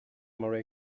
more